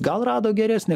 gal rado geresnį